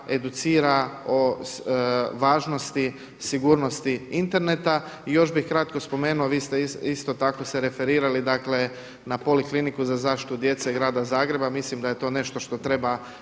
educira o važnosti sigurnosti interneta. I još bih kratko spomenuo, vi ste isto tako se referirali na Polikliniku za zaštitu djece grada Zagreba, mislim da je to nešto što treba